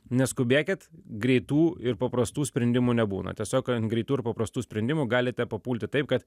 neskubėkit greitų ir paprastų sprendimų nebūna tiesiog ant greitų ir paprastų sprendimų galite papulti taip kad